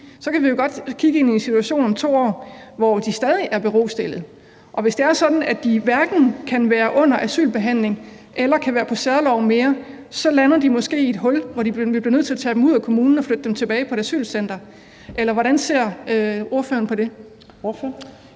er berostillet, som det er tilfældet nu, og hvis det er sådan, at de hverken kan være under asylbehandling eller kan være på særlov mere, så lander de måske i et hul, hvor man bliver nødt til at tage dem ud af kommunen og flytte dem tilbage på et asylcenter. Hvordan ser ordføreren på det?